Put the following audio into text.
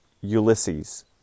Ulysses